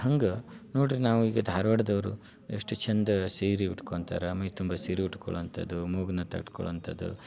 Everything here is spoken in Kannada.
ಹಂಗೆ ನೋಡ್ರಿ ನಾವೀಗ ಧಾರ್ವಾಡ್ದವ್ರು ಎಷ್ಟು ಚಂದ ಸೀರೆ ಉಟ್ಕೊಂತಾರ ಮೈತುಂಬ ಸೀರೆ ಉಟ್ಕೊಳ್ಳುವಂಥದ್ದು ಮೂಗ್ನತ್ತು ತೆಡ್ಕೊಳುವಂಥದ್ದು